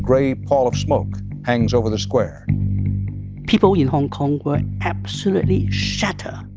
gray pall of smoke hangs over the square people in hong kong were absolutely shattered.